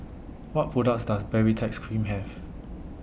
What products Does Baritex Cream Have